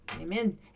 Amen